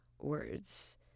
words